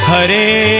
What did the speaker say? Hare